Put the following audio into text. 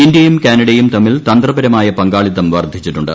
ഇന്ത്യയും കാനഡയും തമ്മിൽ തന്ത്രപരമായ പങ്കാളിത്തം വർദ്ധിച്ചിട്ടുണ്ട്